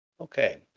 Okay